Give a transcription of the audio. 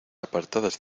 apartadas